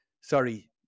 sorry